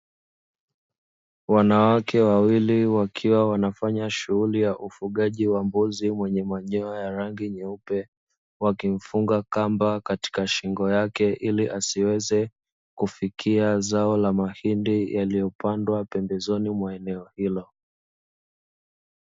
Wanawake wawili wakiwa wanafanya shughuli ya ufugaji wa mbuzi mwenye manyoya ya rangi nyeupe, wakimfunga kamba katika shingo yake ili asiweze kufikia zao la mahindi lililopandwa pembezoni mwa eneo hilo.